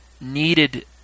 needed